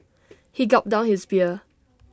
he gulped down his beer